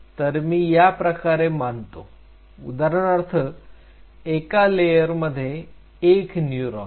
तर मी या प्रकारे मानतो उदाहरणार्थ एका लेयर मध्ये एक न्यूरॉन